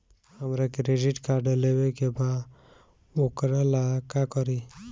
हमरा credit card लेवे के बा वोकरा ला का करी?